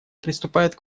приступает